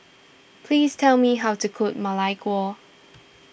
please tell me how to cook Ma Lai Gao